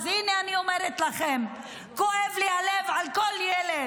אז הינה אני אומרת לכם: כואב לי הלב על כל ילד.